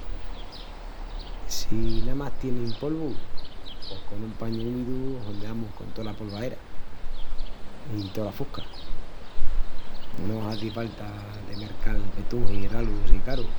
Si namás tienin polvu pos con un pañu úmidu hondeamus con tola polvaera i tola fusca. No hazi falta de mercal betungis ralus i carus.